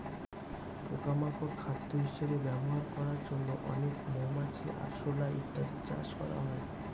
পোকা মাকড় খাদ্য হিসেবে ব্যবহার করার জন্য অনেক মৌমাছি, আরশোলা ইত্যাদি চাষ করা হয়